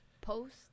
post